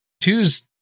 two's